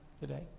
today